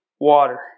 water